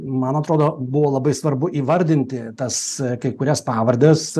man atrodo buvo labai svarbu įvardinti tas kai kurias pavardes